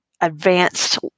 advanced